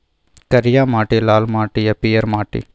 करिया माटि, लाल माटि आ पीयर माटि